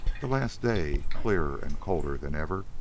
the last day, clearer and colder than ever,